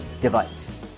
device